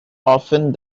often